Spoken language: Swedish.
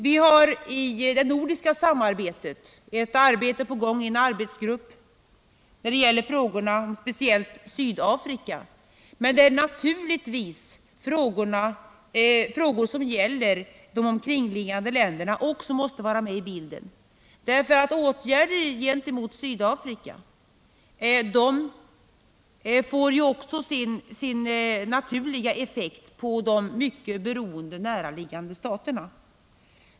Vi har inom ramen för det nordiska samarbetet en arbetsgrupp som speciellt sysslar med frågorna om Sydafrika, men frågor som gäller de omkringliggande länderna måste naturligtvis också komma med i bilden — åtgärder gentemot Sydafrika får ju sin naturliga effekt på de mycket beroende näraliggande staterna.